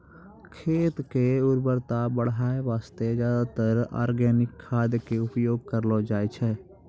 खेत के उर्वरता बढाय वास्तॅ ज्यादातर आर्गेनिक खाद के उपयोग करलो जाय छै